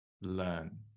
learn